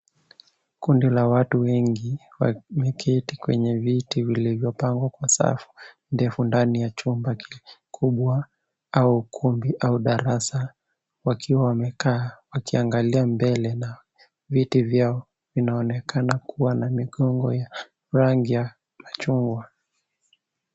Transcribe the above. Kundi la watu wengi wameketi kwenye kiti vilivyopangwa kwa safu ndefu ndani ya chumba kikubwa au ukumbi au darasa, wakiwa wamekaa wakiangalia mbele na viti vyao vinaonekana kua na migongo ya rangi ya machungwa.